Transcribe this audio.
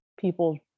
people